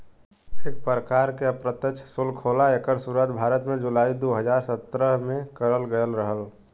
एक परकार के अप्रत्यछ सुल्क होला एकर सुरुवात भारत में जुलाई दू हज़ार सत्रह में करल गयल रहल